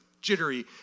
jittery